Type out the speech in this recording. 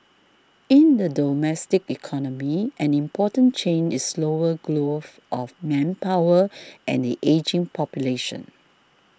in the domestic economy an important change is slower growth of manpower and the ageing population